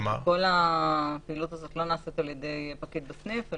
כל הפעילות לא נעשית על ידי פקיד בסניף,